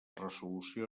resolució